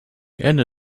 ende